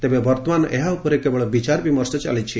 ତେବେ ବର୍ତ୍ତମାନ ଏହା ଉପରେ କେବଳ ବିଚାର ବିମର୍ଶ ଚାଲିଛି